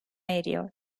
eriyor